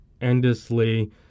endlessly